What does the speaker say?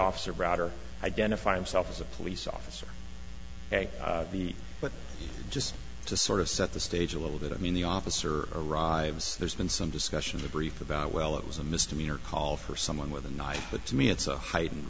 officer browder identify himself as a police officer may be but just to sort of set the stage a little bit i mean the officer arrives there's been some discussion a brief about well it was a misdemeanor call for someone with a knife but to me it's a heightened